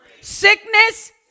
Sickness